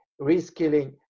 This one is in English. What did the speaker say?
reskilling